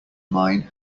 mine